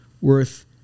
worth